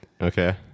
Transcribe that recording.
Okay